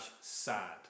sad